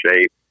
shape